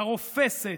הרופסת,